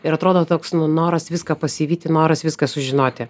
ir atrodo toks nu noras viską pasivyti noras viską sužinoti